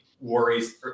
worries